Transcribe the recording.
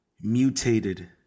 mutated